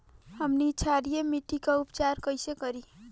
हमनी क्षारीय मिट्टी क उपचार कइसे करी?